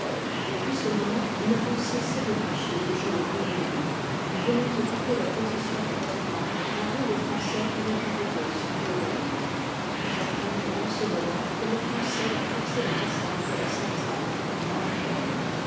depuis ce moment nous n'avons cessé y de marcher k jour ou la nuit jnous venons occuper la position de rottman par où les français pourroient arriver sur leoben nous apprenons dans ce moment que les français ont forcé le passage de la salza